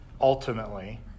ultimately